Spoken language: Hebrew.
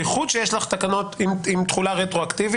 בייחוד שיש לך תקנות עם תחולה רטרואקטיבית.